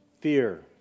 Fear